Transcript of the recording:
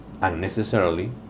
unnecessarily